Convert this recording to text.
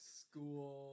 school